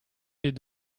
les